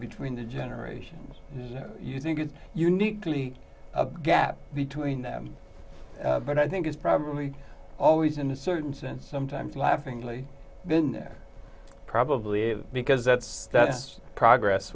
between the generations you think it uniquely a gap between them but i think it's probably always in a certain sense sometimes laughingly then probably because that's that's progress